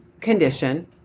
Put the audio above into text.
condition